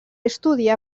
estudià